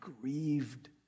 grieved